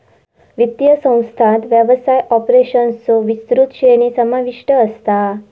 वित्तीय संस्थांत व्यवसाय ऑपरेशन्सचो विस्तृत श्रेणी समाविष्ट असता